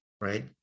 right